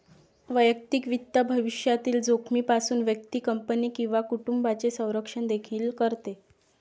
वैयक्तिक वित्त भविष्यातील जोखमीपासून व्यक्ती, कंपनी किंवा कुटुंबाचे संरक्षण देखील करते